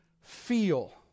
feel